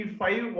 five